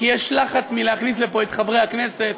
כי יש לחץ להכניס לפה את חברי הכנסת.